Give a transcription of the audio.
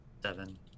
Seven